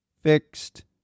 fixed